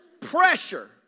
pressure